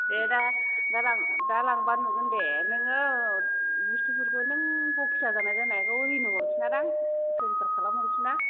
दे दा दा लांबा नुगोन दे नोङो बुस्तुफोरखौ नों बक्सिया जानाय जानायखौ रिनिउ हरफिना दां